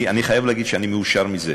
אני חייב להגיד שאני מאושר מזה,